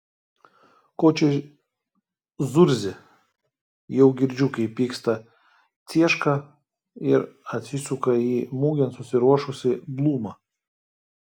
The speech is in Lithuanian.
ko čia zurzi jau girdžiu kaip pyksta cieška ir atsisuka į mugėn susiruošusį blūmą